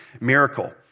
miracle